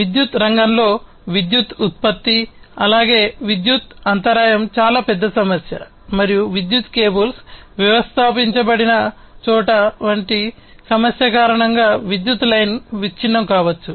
విద్యుత్ రంగంలో విద్యుత్ ఉత్పత్తి అలాగే విద్యుత్తు అంతరాయం చాలా పెద్ద సమస్య మరియు విద్యుత్ కేబుల్స్ వ్యవస్థాపించబడిన చోట వంటి సమస్య కారణంగా విద్యుత్ లైన్ విచ్ఛిన్నం కావచ్చు